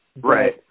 right